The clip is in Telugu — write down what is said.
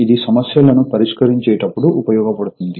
ఇది సమస్యలను పరిష్కరించేటప్పుడు ఉపయోగపడుతుంది